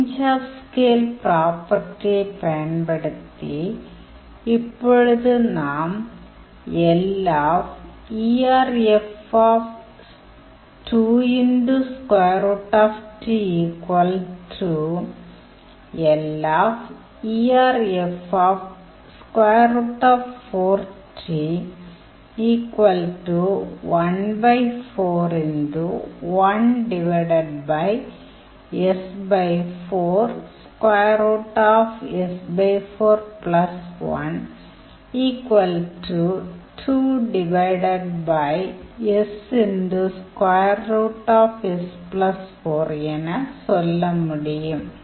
change of scale பிராப்பர்டியை பயன்படுத்தி இப்பொழுது நாம் என சொல்ல முடியும்